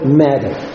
matter